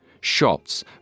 Shots